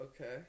Okay